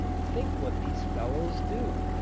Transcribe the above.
think what these fellows do!